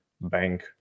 bank